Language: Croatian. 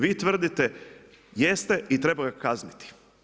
Vi tvrdite jeste i treba ga kazniti.